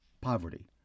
poverty